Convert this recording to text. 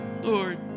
Lord